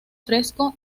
fresco